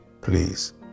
please